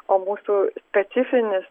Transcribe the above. o mūsų specifinis